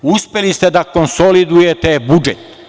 Uspeli ste da konsolidujete budžet.